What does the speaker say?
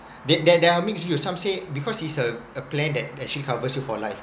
there there there are mixed views some say because it's a a plan that actually covers you for life